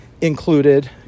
included